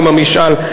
גם המשאל,